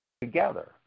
together